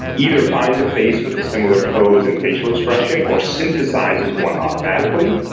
either finds a face with a similar pose and facial expression or synthesises one automatically,